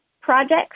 projects